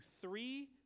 three